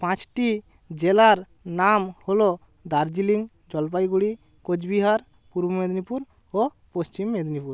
পাঁচটি জেলার নাম হলো দার্জিলিং জলপাইগুড়ি কুচবিহার পূর্ব মেদিনীপুর ও পশ্চিম মেদিনীপুর